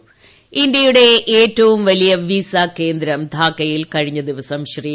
പ്രി ഇ്ന്ത്യയുടെ ഏറ്റവും വലിയ വിസാകേന്ദ്രം ധാക്കയിൽ കഴിഞ്ഞ്ദിവസം ശ്രീ